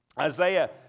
Isaiah